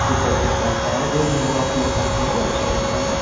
जो पैकेट का आता है जो भी हो आप जो खाते हो अच्छा लगता हो